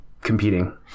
competing